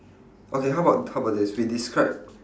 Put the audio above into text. okay how about how about this we describe